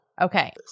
Okay